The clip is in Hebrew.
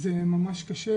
זה דבר קשה.